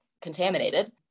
contaminated